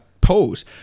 pose